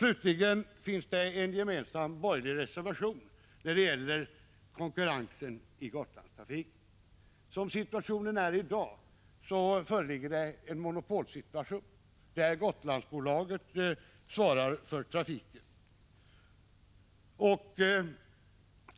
Vidare finns det en gemensam borgerlig reservation om ökad konkurrens i Gotlandstrafiken. I dag föreligger det en monopolsituation. Gotlandsbolaget svarar för trafiken.